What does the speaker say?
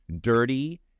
dirty